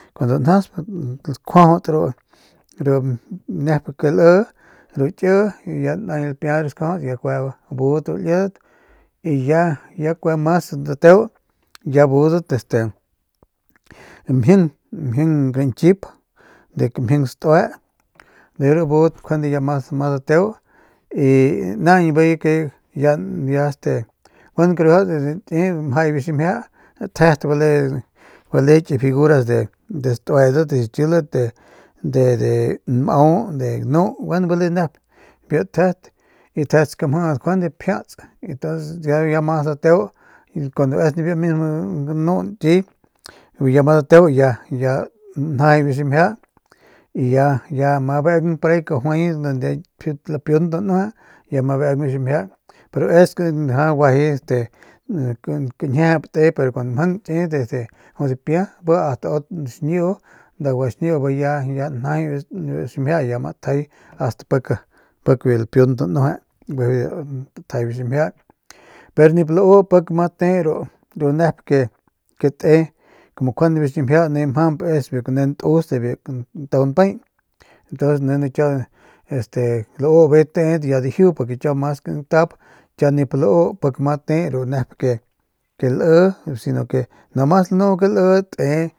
Kun danjasp kjuajauts ru nep ke lii ru kii y gapia ru stakjajauts y kue budat ru liedat y ya kue mas dateu ya budat este mjing mjing kanchip de kamjing stue de ru budat njuande ya mas dateu ya budat este mjing kanchip de kamjing stue de ru budat ya mas dateu y ya naañ ya este gueno kiriuaja de nki mjay biu ximjia tjet bale ki figuras de studat xikilat de de nmau de ganu y gueno bale nep biu tjet y tjet skamjit njuande pjiats y tonces ya mas dateu kuando es biu mismo ganu nkiy ya mas dateu ya njajay biu ximjia y ya ma beung porahi kajuay donde lapiunt danueje ya ma beung biu ximjia pero es na guajay este kañjiejep te pero kun mjang nki jut dipia bi at xiñiu bijiy ya njajay biu ximjia bijiy ya ma tjay ast biu pik lapiunt danueje bijiy biu tjay biu ximjia pero nip lau pik ma te ru ru nep ke te como mjamp biu ximjia nijiy mjamp es biu kane ntus de biu kantau npay ntonces nijiy kiau lau bijiy tedat ya dijiu porque kiau mas kantap kiau nip lau pik mate ru nep ke lii nomas lanu ke lii.